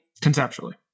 conceptually